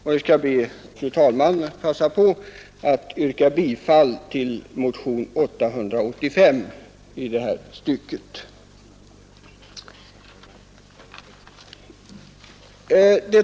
Jag ber, fru talman, att få yrka bifall till motionen 885 i detta stycke.